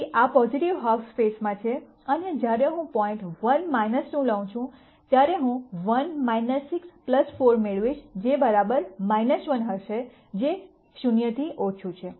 તેથી આ positive half સ્પેસમાં છે અને જ્યારે હું પોઇન્ટ 1 2 લઉં છું ત્યારે હું 1 6 4 મેળવીશ જે 1 હશે જે 0 થી ઓછું છે